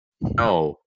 No